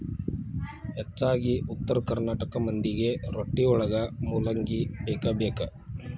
ಹೆಚ್ಚಾಗಿ ಉತ್ತರ ಕರ್ನಾಟಕ ಮಂದಿಗೆ ರೊಟ್ಟಿವಳಗ ಮೂಲಂಗಿ ಬೇಕಬೇಕ